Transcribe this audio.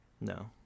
No